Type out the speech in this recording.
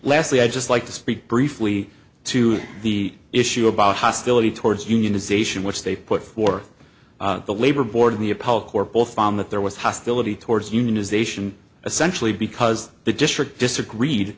lastly i'd just like to speak briefly to the issue about hostility towards unionization which they put forth the labor board the apollo corps both found that there was hostility towards unionization essentially because the district disagreed